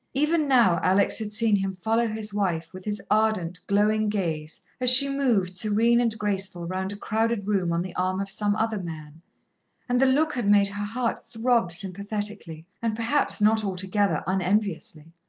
even now, alex had seen him follow his wife with his ardent, glowing gaze, as she moved, serene and graceful, round a crowded room on the arm of some other man and the look had made her heart throb sympathetically, and perhaps not altogether unenviously.